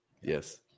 Yes